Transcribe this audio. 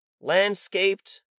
landscaped